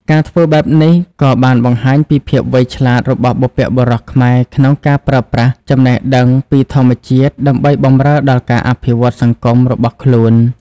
ការធ្វើបែបនេះក៏បានបង្ហាញពីភាពវៃឆ្លាតរបស់បុព្វបុរសខ្មែរក្នុងការប្រើប្រាស់ចំណេះដឹងពីធម្មជាតិដើម្បីបម្រើដល់ការអភិវឌ្ឍន៍សង្គមរបស់ខ្លួន។